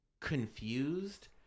confused